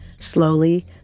Slowly